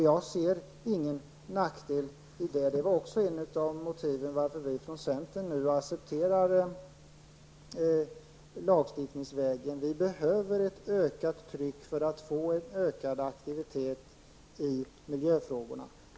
Jag ser ingen nackdel med det. Det är också ett av motiven till att vi i centern nu accepterar lagstiftningsvägen. Vi behöver ett ökat tryck för att få ökad aktivitet i miljöfrågorna.